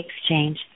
exchange